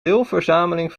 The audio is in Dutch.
deelverzameling